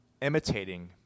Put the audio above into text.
imitating